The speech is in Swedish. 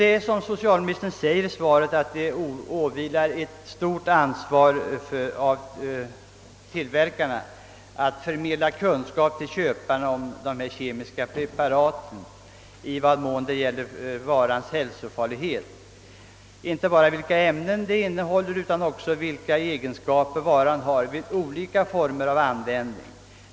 Det är, såsom socialministern uttalade i sitt svar, ett stort ansvar som åvilar tillverkarna när det gäller att förmedla kunskap till köparna om dessa kemiska preparats hälsofarlighet och egenskaper vid olika former av användning.